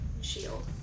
shield